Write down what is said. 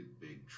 big